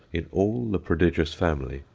in all the prodigious family,